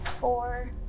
Four